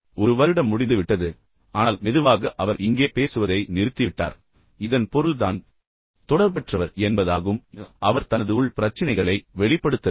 ஒரு வருடம் முடிந்துவிட்டது ஆனால் மெதுவாக அவர் இங்கே பேசுவதை நிறுத்திவிட்டார் இதன் பொருள் தான் தொடர்பற்றவர் என்பதாகும் அவர் தனது உள் பிரச்சினைகளை வெளிப்படுத்தவில்லை